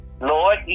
Lord